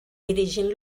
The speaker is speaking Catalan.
dirigint